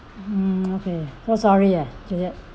mm okay so sorry ah juliet